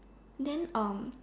then ah